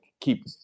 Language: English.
keep